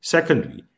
Secondly